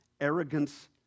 arrogance